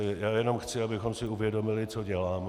Já jenom chci, abychom si uvědomili, co děláme.